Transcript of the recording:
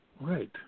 Right